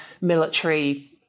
military